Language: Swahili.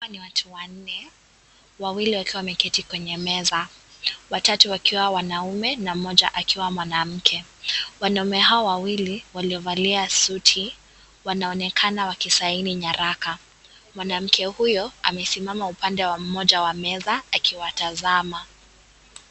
Hawa ni watu wannne, wawili wakiwa wameketi kwenye meza, watatu wakiwa wanaume na mmoja akiwa mwanamke. Wanaume hawa wawili waliovalia suti wanaonekana wakisaini nyaraka, mwanamke huyo amesimama upande mmoja wa meza akiwatazama.